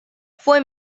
fue